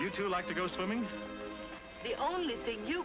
you do like to go swimming the only thing you